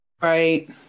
right